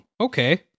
okay